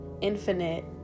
infinite